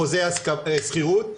חוזה שכירות,